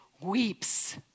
weeps